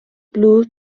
blue